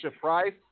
Price